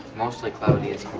mostly cloudy is